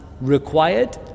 required